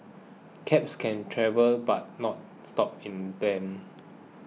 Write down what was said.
cabs can travel but not stop in them